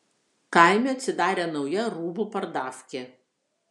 kaime atsidarė nauja rūbų pardafkė